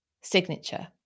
signature